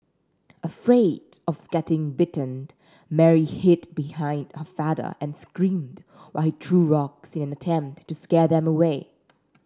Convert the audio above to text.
afraid of getting bitten Mary hid behind her father and screamed while he threw rocks in an attempt to scare them away